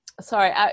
Sorry